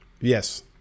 Yes